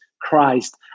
Christ